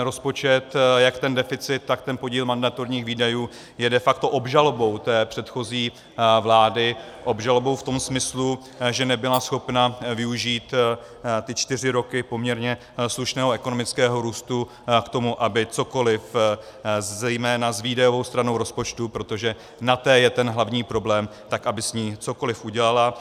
Rozpočet, jak ten deficit, tak ten podíl mandatorních výdajů, je de facto obžalobou předchozí vlády, obžalobou v tom smyslu, že nebyla schopna využít čtyři roky poměrně slušného ekonomického růstu k tomu, aby cokoli, zejména s výdajovou stranu rozpočtu, protože na té je ten hlavní problém, aby s ní cokoliv udělala.